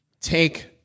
take